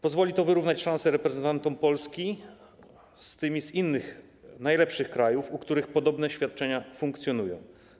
Pozwoli to wyrównać szanse reprezentantom Polski z tymi z innych najlepszych krajów, w których podobne świadczenia funkcjonują.